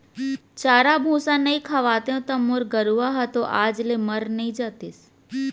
चारा भूसा नइ खवातेंव त मोर गरूवा ह तो आज ले मर नइ जातिस